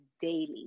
daily